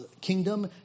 kingdom